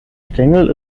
stängel